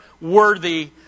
worthy